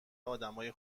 آدمای